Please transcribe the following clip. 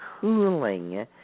cooling